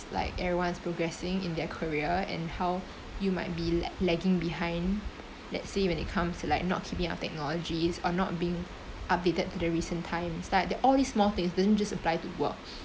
like everyone's progressing in their career and how you might be lag~ lagging behind let's say when it comes to like not keeping up technologies or not being updated to the recent times like the all these small things doesn't just apply to work